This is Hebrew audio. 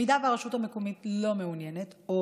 אם הרשות המקומית לא מעוניינת או